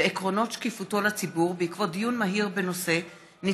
ועקרונות שקיפותו לציבור בעקבות דיון מהיר בהצעתם של חברי הכנסת עליזה